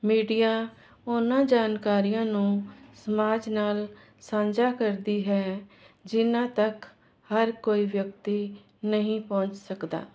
media ਉਹਨਾਂ ਜਾਣਕਾਰੀਆਂ ਨੂੰ ਸਮਾਜ ਨਾਲ ਸਾਂਝਾ ਕਰਦੀ ਹੈ ਜਿਨਾਂ ਤੱਕ ਹਰ ਕੋਈ ਵਿਅਕਤੀ ਨਹੀਂ ਪਹੁੰਚ ਸਕਦਾ